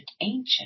ancient